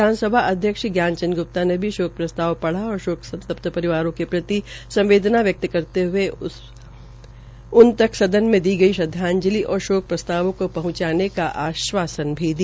विधानसभा अध्यक्ष श्री ज्ञान चंद ग्रप्ता ने भी शोक प्रस्ताव पढ़ा और शोक संत्पत परिवारों के प्रति संवदेना व्यक्त करते हये उन तक सदन मे दी गई श्रद्वाजंलि और शोक प्रस्तावों को पहंचाने का आश्वासन दिया